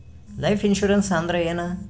Life insurance ಅಂದ್ರ ಏನ?